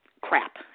crap